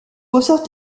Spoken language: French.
ressort